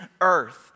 earth